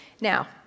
Now